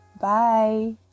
Bye